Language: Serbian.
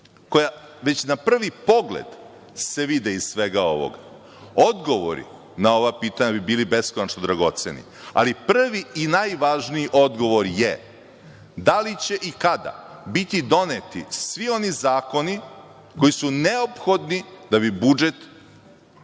koja se na prvi pogled vide iz svega ovog. Odgovori na ova pitanja bi bili beskonačni dragoceni, ali prvi i najvažniji odgovor je, da li će i kada biti doneti svi oni zakoni koji su neophodni da bi budžet